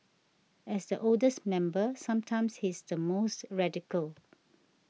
as the oldest member sometimes he's the most radical